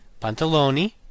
Pantaloni